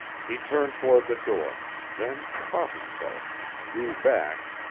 he turned toward the door then caught himself, drew back,